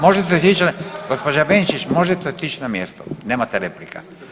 Možete otići, gospođa Bančić možete otići na mjesto nemate replika.